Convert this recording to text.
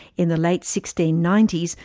in the late sixteen ninety s,